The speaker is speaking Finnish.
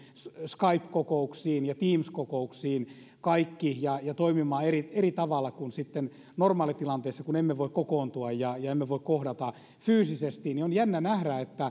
skype kokouksiin ja teams kokouksiin kaikki ja toimimaan eri eri tavalla kuin normaalitilanteessa kun emme nyt voi kokoontua ja ja emme voi kohdata fyysisesti ja on jännä nähdä